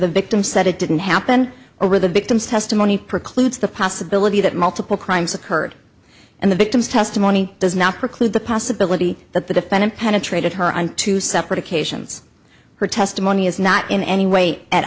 the victim said it didn't happen or the victim's testimony precludes the possibility that multiple crimes occurred and the victim's testimony does not preclude the possibility that the defendant penetrated her on two separate occasions her testimony is not in any w